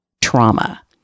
trauma